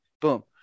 Boom